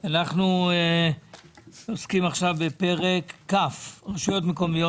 אנחנו עוסקים עכשיו בפרק כ' (רשויות מקומיות),